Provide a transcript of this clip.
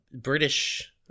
british